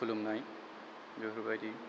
खुलुमनाय बेफोरबायदि